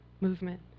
movement